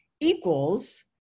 equals